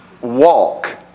walk